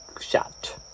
shot